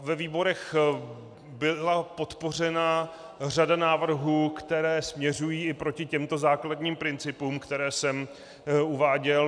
Ve výborech byla podpořena řada návrhů, které směřují i proti těmto základním principům, které jsem uváděl.